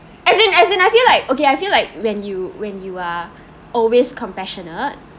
as in as in I feel like okay I feel like when you when you are always compassionate